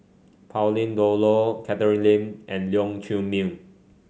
Pauline Dawn Loh Catherine Lim and Leong Chee Mun